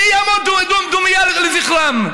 מי יעמוד דומייה לזכרם?